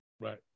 Right